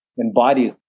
embodies